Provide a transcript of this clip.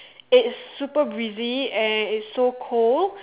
it's super busy and it's so cool